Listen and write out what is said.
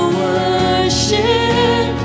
worship